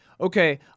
okay